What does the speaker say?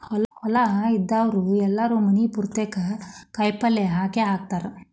ಹೊಲಾ ಇದ್ದಾವ್ರು ಎಲ್ಲಾರೂ ಮನಿ ಪುರ್ತೇಕ ಕಾಯಪಲ್ಯ ಹಾಕೇಹಾಕತಾರ